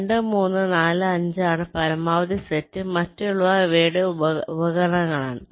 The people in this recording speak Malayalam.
2 3 4 5 ആണ് പരമാവധി സെറ്റ് മറ്റുള്ളവ ഇവയുടെ ഉപഗണങ്ങളാണ്